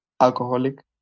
alcoholic